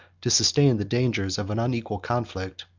to sustain the dangers of an unequal conflict,